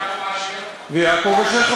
ויעקב אשר?